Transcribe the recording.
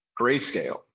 grayscale